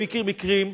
אני מכיר מקרים.